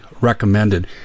recommended